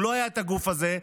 אם לא היה את הגוף הזה,